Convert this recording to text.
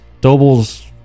Doble's